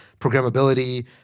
programmability